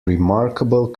remarkable